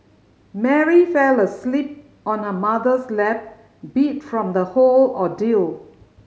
Mary fell asleep on her mother's lap beat from the whole ordeal